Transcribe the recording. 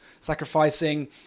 Sacrificing